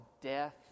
death